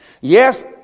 Yes